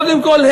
קודם כול,